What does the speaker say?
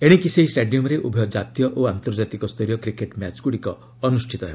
ଏଣିକି ସେହି ଷ୍ଟାଡିୟମ୍ରେ ଉଭୟ ଜାତୀୟ ଓ ଆନ୍ତର୍ଜାତୀକ ସ୍ତରୀୟ କ୍ରିକେଟ୍ ମ୍ୟାଚ୍ଗୁଡ଼ିକ ଅନୁଷ୍ଠିତ ହେବ